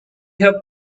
have